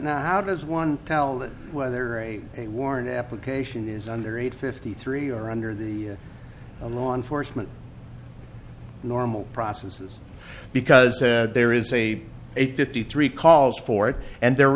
how does one tell whether a a worn application is under age fifty three or under the law enforcement normal processes because there is a a fifty three calls for it and there